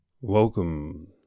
welcome